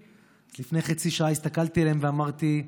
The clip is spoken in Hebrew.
אז לפני חצי שעה הסתכלתי עליהם ואמרתי: